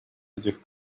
этих